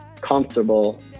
comfortable